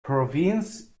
province